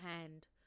hand